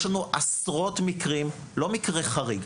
יש לנו לא מקרה חריג,